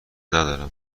ندارم